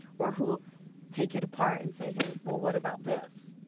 or who will take it apart and say, hey, well, what about this